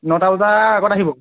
নটা বজাৰ আগত আহিব